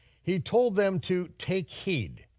he told them to take heed,